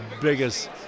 biggest